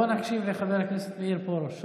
בואו נקשיב לחבר הכנסת מאיר פרוש,